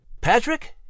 Patrick